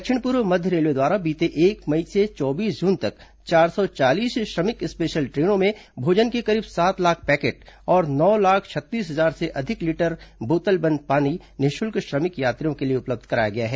दक्षिण पूर्व मध्य रेलवे द्वारा बीते एक मई से चौबीस जून तक चार सौ चालीस श्रमिक स्पेशल ट्रेनों में भोजन के करीब सात लाख पैकेट और नौ लाख छत्तीस हजार से अधिक लीटर बोतलबंद पानी निःशुल्क श्रमिक यात्रियों के लिए उपलब्ध कराया गया है